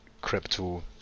Crypto